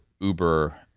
Uber